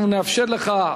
אנחנו נאפשר לך,